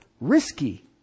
risky